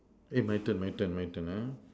eh my turn my turn my turn uh